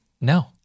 No